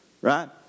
Right